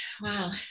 wow